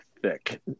thick